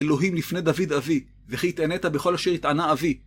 אלוהים לפני דוד אבי, וכי התענית בכל אשר התענה אבי.